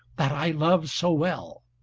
that i love so well.